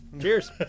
Cheers